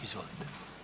Izvolite.